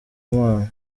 mana